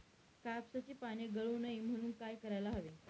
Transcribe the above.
कापसाची पाने गळू नये म्हणून काय करायला हवे?